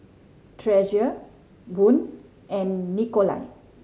Treasure Boone and Nikolai